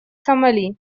сомали